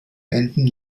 benton